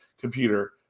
computer